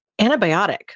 antibiotic